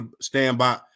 stand-by